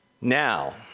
Now